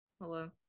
hello